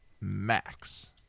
Max